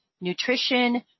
nutrition